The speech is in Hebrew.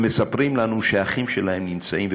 ומספרים לנו שהאחים שלהם נמצאים,